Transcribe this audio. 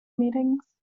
meetings